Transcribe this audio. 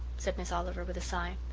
said miss oliver, with a sigh.